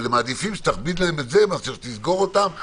אבל הם מעדיפים שתכביד להם את זה מאשר שתסגור אותם,